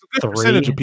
three